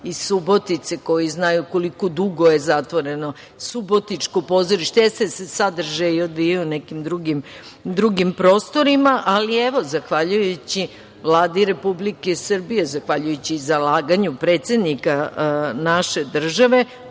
iz Subotice koji znaju koliko dugo je zatvoreno Subotičko pozorište. Sadržaj se odvijao u nekim drugim prostorima, ali zahvaljujući Vladi Republike Srbije, zahvaljujući zalaganju predsednika naše države